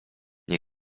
nie